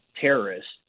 terrorists